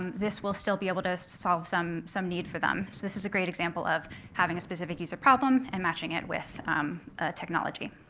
um this will still be able to solve some some need for them. so this is a great example of having a specific user problem and matching it with a technology.